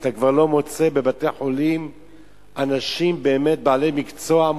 אתה כבר לא מוצא בבתי-חולים אנשים בעלי מקצוע,